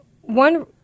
one